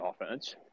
offense